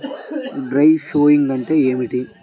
Dry sowing అంటే ఏమిటి?